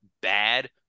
bad